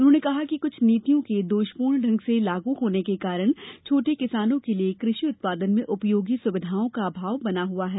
उन्होंने कहा कि कुछ नीतियों के दोषपूर्ण ढंग से लागू होने के कारण छोटे किसानों के लिए कृषि उत्पादन में उपयोगी सुविधाओं का अभाव बना हुआ है